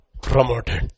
promoted